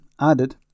added